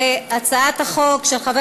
הצעת החוק של חבר